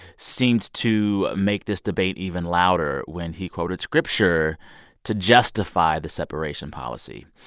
seemed to make this debate even louder when he quoted scripture to justify the separation policy.